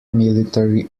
military